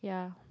ya